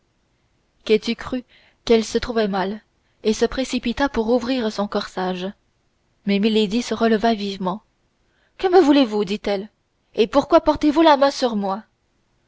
ketty crut qu'elle se trouvait mal et se précipita pour ouvrir son corsage mais milady se releva vivement que me voulez-vous dit-elle et pourquoi portez-vous la main sur moi